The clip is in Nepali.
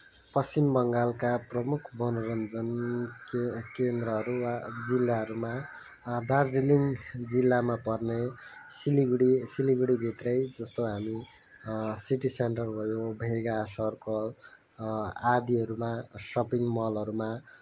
पश्चिम बङ्गालका प्रमुख मनोरञ्जन केन्द्रहरू वा जिल्लाहरूमा दार्जिलिङ जिल्लामा पर्ने सिलगडी सिलगडीभित्रै जस्तो हामी सिटी सेन्टर भयो भेगा सर्कल आदिहरूमा सपिङ मलहरूमा